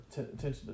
attention